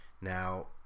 Now